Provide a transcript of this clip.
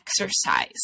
exercise